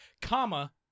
Comma